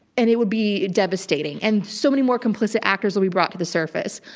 and it would be devastating. and so many more complicit actors would be brought to the surface.